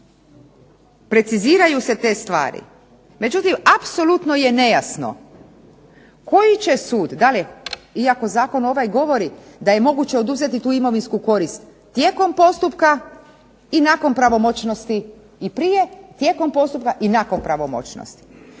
preciziraju se te stvari, međutim apsolutno je nejasno koji će sud, da li, iako zakon ovaj govori da je moguće oduzeti tu imovinsku korist tijekom postupka i nakon pravomoćnosti i prije, tijekom postupka i nakon pravomoćnosti.